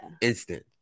instant